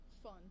fun